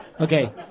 Okay